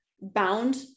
bound